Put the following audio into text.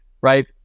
right